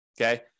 okay